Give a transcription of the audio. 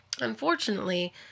unfortunately